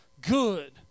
good